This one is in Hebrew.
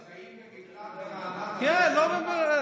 כשחיים במקלט ברעננה לא שומעים מה קורה בחוץ,